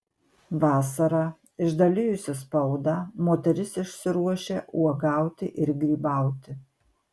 vasarą išdalijusi spaudą moteris išsiruošia uogauti ir grybauti